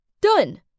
Done